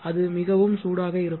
அது மிகவும் சூடாக இருக்கும்